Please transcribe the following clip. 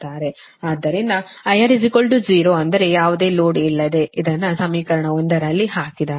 ಆದ್ದರಿಂದ IR 0 ಅಂದರೆ ಯಾವುದೇ ಲೋಡ್ ಇಲ್ಲದೇ ಇದನ್ನು ಸಮೀಕರಣ 1 ರಲ್ಲಿ ಹಾಕಿ